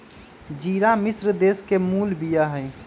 ज़िरा मिश्र देश के मूल बिया हइ